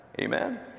Amen